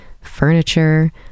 furniture